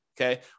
okay